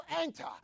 enter